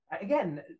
again